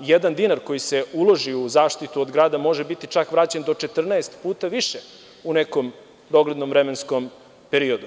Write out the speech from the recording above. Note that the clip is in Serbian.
jedan dinar koji se uloži u zaštitu od grada može biti čak vraćen do 14 puta više u nekom doglednom vremenskom periodu.